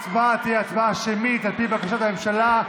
ההצבעה תהיה הצבעה שמית על פי בקשת הממשלה.